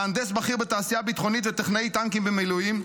מהנדס בכיר בתעשייה הביטחונית וטכנאי טנקים במילואים,